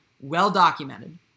well-documented